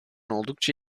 oldukça